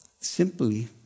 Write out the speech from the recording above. simply